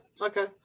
okay